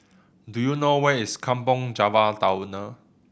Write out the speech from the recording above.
do you know where is Kampong Java Tunnel